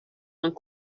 and